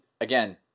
again